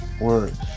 Words